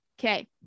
Okay